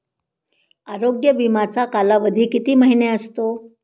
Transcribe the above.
आरोग्य विमाचा कालावधी किती महिने असतो?